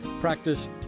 practice